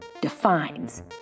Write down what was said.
defines